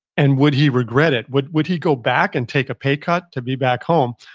and would he regret it, would would he go back and take a pay cut to be back home,